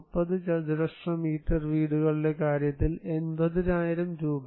30 ചതുരശ്ര മീറ്റർ വീടുകളുടെ കാര്യത്തിൽ 80000 രൂപ